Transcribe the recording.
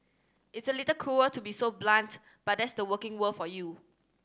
it's a little cruel to be so blunt but that's the working world for you